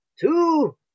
two